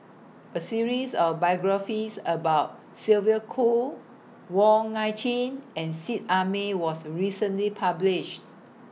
A series of biographies about Sylvia Kho Wong Nai Chin and Seet Ai Mee was recently published